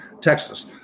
Texas –